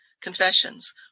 confessions